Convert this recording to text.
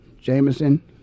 Jameson